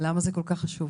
למה זה כל כך חשוב?